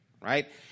Right